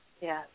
Yes